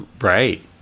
right